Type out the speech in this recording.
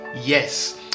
Yes